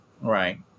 right